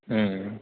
ம் ம்